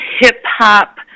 hip-hop